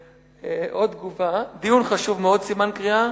עוד תגובה: דיון חשוב מאוד, סימן קריאה.